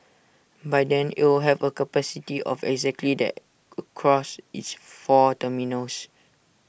by then it'll have A capacity of exactly that across its four terminals